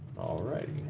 all right,